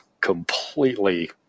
completely